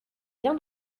bien